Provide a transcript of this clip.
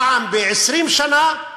פעם ב-20 שנה,